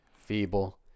Feeble